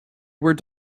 where